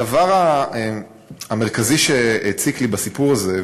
הדבר המרכזי שהציק לי בסיפור הזה,